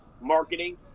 marketing